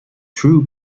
true